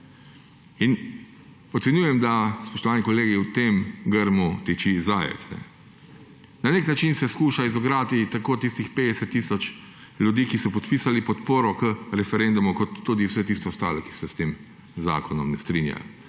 Ocenjujem, spoštovani kolegi, da v tem grmu tiči zajec. Na nek način se poskuša izigrati tako tistih 50 tisoč ljudi, ki so podpisali podporo k referendumu, kot tudi vse tiste ostale, ki se s tem zakonom ne strinjajo.